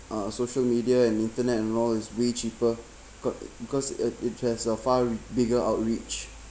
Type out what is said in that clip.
uh social media and internet and all is way cheaper cause because it has a far bigger outreach